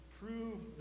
prove